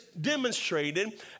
demonstrated